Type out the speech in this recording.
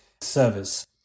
service